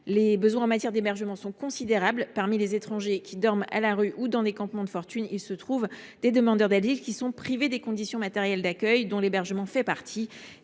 Les besoins en matière d’hébergement sont considérables. Parmi les étrangers qui dorment à la rue ou dans des campements de fortune, il se trouve des demandeurs d’asile qui sont privés des conditions matérielles d’accueil, dont l’hébergement fait partie,